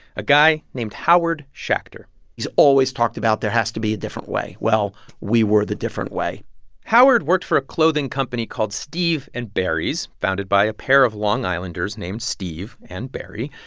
a guy named howard schacter he's always talked about, there has to be a different way. well, we were the different way howard worked for a clothing company called steve and barry's, founded by a pair of long islanders named steve and barry.